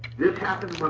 this happened